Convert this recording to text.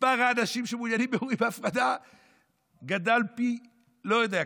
מספר האנשים שמעוניינים באירועים בהפרדה גדל פי לא יודע כמה.